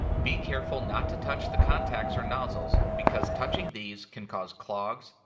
be careful not to touch the contacts or nozzles because touching these can cause clogs,